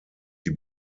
die